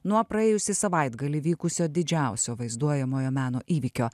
nuo praėjusį savaitgalį vykusio didžiausio vaizduojamojo meno įvykio